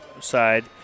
side